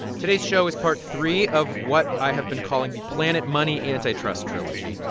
today's show is part three of what i have been calling the planet money antitrust trilogy.